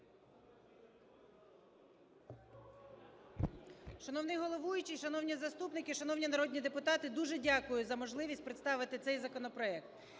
Шановний головуючий, шановні заступники, шановні народні депутати! Дуже дякую за можливість представити цей законопроект.